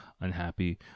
unhappy